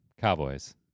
Cowboys